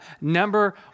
Number